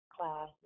class